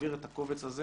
להעביר את הקובץ הזה